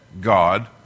God